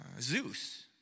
Zeus